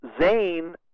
Zane